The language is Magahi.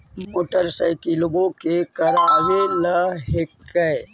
मोटरसाइकिलवो के करावे ल हेकै?